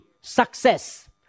success